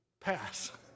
Pass